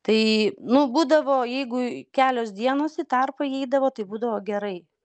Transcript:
tai nu būdavo jeigu kelios dienos į tarpą įeidavo tai būdavo gerai